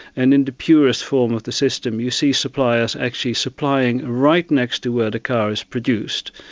and in the purest form of the system you see suppliers actually supplying right next to where the car is produced.